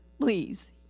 please